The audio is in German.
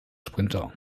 sprinter